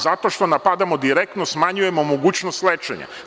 Zato što napadamo direktno, smanjujemo mogućnost lečenja.